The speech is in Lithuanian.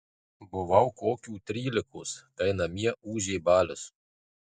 buvau kokių trylikos kai namie ūžė balius